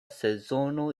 sezono